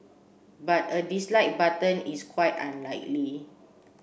but a dislike button is quite unlikely